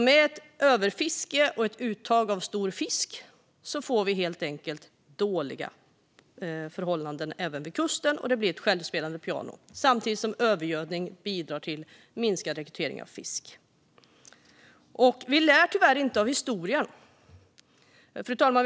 Med överfiske och uttag av stor fisk får vi alltså dåliga förhållanden även vid kusten. Det blir ett självspelande piano, samtidigt som övergödning bidrar till minskad rekrytering av fisk. Vi lär tyvärr inte av historien, fru talman.